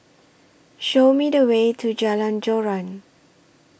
Show Me The Way to Jalan Joran